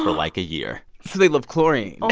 like, a year. so they love chlorine oh,